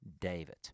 David